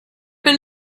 been